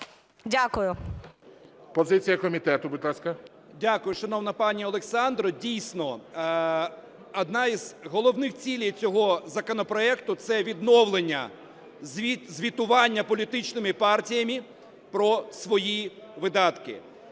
Позиція комітету, будь ласка. 18:21:37 КОСТІН А.Є. Дякую, шановна пані Олександро. Дійсно, одна із головних цілей цього законопроекту – це відновлення звітування політичними партіями про свої видатки.